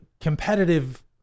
competitive